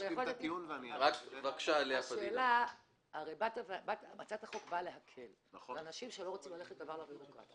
הרי הצעת החוק באה להקל עם אנשים שלא רוצים ללכת לביורוקרטיה,